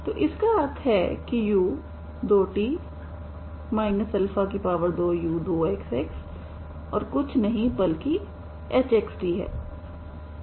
तो इसका अर्थ है यह u2t 2u2xx और कुछ नहीं बल्किhxt है